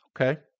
Okay